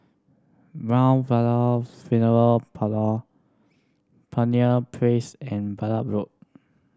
Mt Vernon Funeral Parlour Pioneer Place and Braddell Road